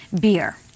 Beer